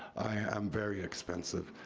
i'm very expensive,